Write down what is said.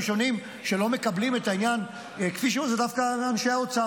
הראשונים שלא מקבלים את העניין כפי שהוא זה דווקא אנשי האוצר,